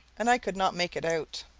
and i could not make it out.